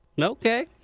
Okay